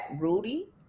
Rudy